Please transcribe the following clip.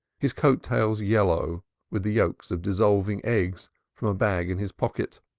his coat-tails yellow with the yolks of dissolving eggs from a bag in his pocket.